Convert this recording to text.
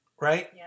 right